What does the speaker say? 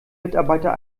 mitarbeiter